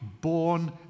born